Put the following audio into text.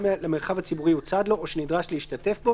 למרחב הציבורי הוא צד לו או שנדרש להשתתף בו.